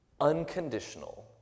unconditional